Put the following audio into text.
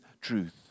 truth